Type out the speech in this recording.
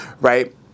right